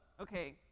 okay